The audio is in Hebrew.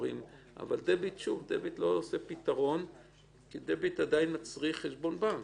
אבל דביט לא יוצר פתרון כי דביט עדיין מצריך חשבון בנק,